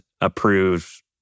approved